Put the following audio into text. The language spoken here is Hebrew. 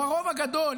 או הרוב הגדול.